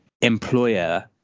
employer